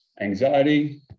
anxiety